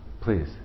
Please